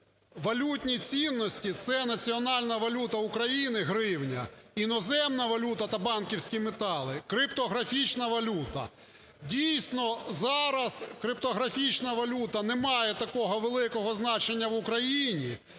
"валютні цінності – це національна валюта України (гривня), іноземна валюта та банківські метали, криптографічна валюта". Дійсно, зараз криптографічна валюта, немає такого великого значення в Україні.